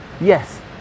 Yes